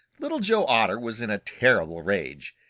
little joe otter was in a terrible rage.